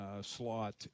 slot